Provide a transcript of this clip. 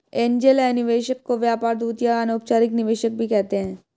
angel निवेशक को व्यापार दूत या अनौपचारिक निवेशक भी कहते हैं